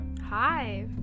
Hi